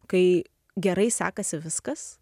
kai gerai sekasi viskas